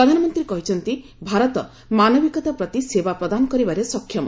ପ୍ରଧାନମନ୍ତ୍ରୀ କହିଛନ୍ତି ଭାରତ ମାନବିକତା ପ୍ରତି ସେବା ପ୍ରଦାନ କରିବାରେ ସକ୍ଷମ